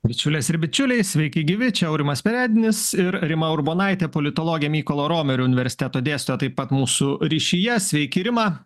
bičiulės ir bičiuliai sveiki gyvi čia aurimas perednis ir rima urbonaitė politologė mykolo romerio universiteto dėstoja taip pat mūsų ryšyje sveiki rima